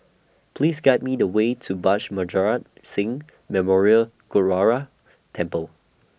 Please Guide Me The Way to Bhai She Maharaj Singh Memorial Gurdwara Temple